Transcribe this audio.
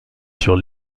sur